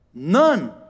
None